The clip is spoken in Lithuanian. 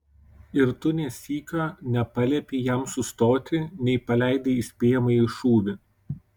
ir tu nė sykio nepaliepei jam sustoti nei paleidai įspėjamąjį šūvį